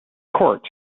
court